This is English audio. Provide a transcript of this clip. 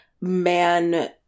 man